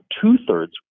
two-thirds